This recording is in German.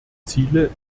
ziele